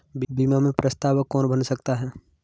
बीमा में प्रस्तावक कौन बन सकता है?